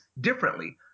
differently